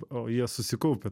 o jie susikaupę